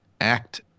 act